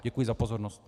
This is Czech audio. Děkuji za pozornost.